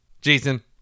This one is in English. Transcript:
Jason